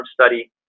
study